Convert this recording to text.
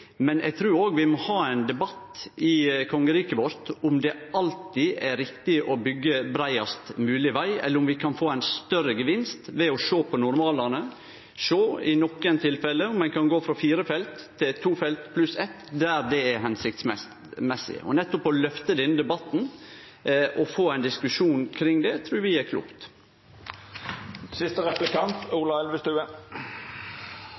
men eg trur òg vi må ha ein debatt i kongeriket vårt om det alltid er riktig å byggje breiast mogleg veg, eller om vi kan få ein større gevinst ved å sjå på normalane, sjå om ein i nokre tilfelle kan gå frå fire felt til to felt pluss eitt der det er hensiktsmessig. Vi trur det er klokt nettopp å løfte denne debatten og få ein diskusjon kring det. Vi